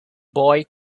boy